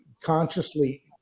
consciously